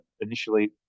initially